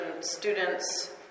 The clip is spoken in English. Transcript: students